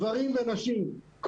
גברים ונשים,